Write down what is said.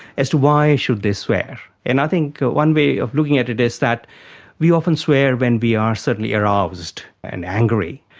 as to why should they swear. and i think one way of looking at it is that we often swear when we are certainly aroused and angry,